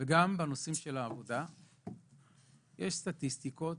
גם בנושאים של העבודה יש סטטיסטיקות,